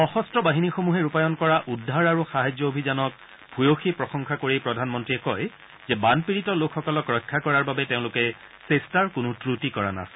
সশন্ত্ৰ বাহিনীসমূহে ৰূপায়ণ কৰা উদ্ধাৰ আৰু সাহায্য অভিযানৰ শলাগ লৈ প্ৰধানমন্ত্ৰীয়ে কয় যে বানপীডিত লোকসকলক ৰক্ষা কৰাৰ বাবে তেওঁলোকে চেষ্টাৰ কোনো ক্ৰটি কৰা নাছিল